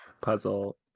puzzle